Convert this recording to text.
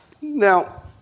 Now